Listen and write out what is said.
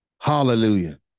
Hallelujah